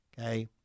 Okay